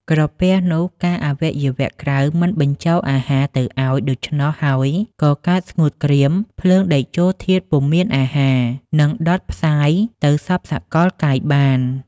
ក្រពះនោះ កាលអវយវៈ ក្រៅមិនបញ្ចូលអាហារទៅឲ្យដូច្នោះហើយ ក៏កើតស្ងួតក្រៀម ភ្លើង តេជោធាតុពុំមានអាហារ នឹងដុតផ្សាយទៅសព្វសកលកាយបាន។